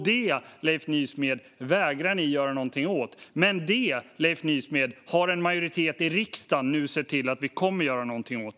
Det, Leif Nysmed, vägrar ni att göra någonting åt. Men det, Leif Nysmed, har en majoritet i riksdagen nu sett till att vi kommer att göra någonting åt.